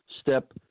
step